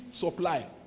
supply